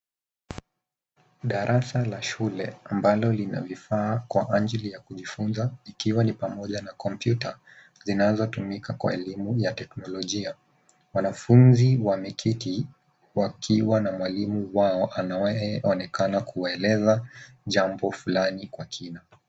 Darasa la shule ambalo lina vifaa kwa ajili ya kujifunza ikiwa ni pamoja na kompyuta zinazotumika kwa elimu ya teknolojia. Wanafunzi wameketi wakiwa na mwalimu wao anayeonekana kuwaeleza jambo fulani kwa kina.